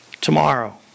tomorrow